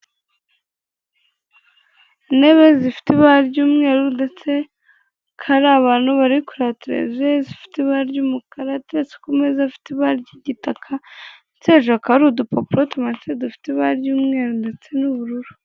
Intebe zifite ibara ry'umweru ndetse hari abantu bari kureba televiziyo zifite ibara ry'umukara, ziteretse ku meza afite ibara ry'igitaka ndetse hejuru hakaba hari udupapuro tumanitse dufite ibara ry'umweru ndetse n'ubururu.